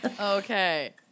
Okay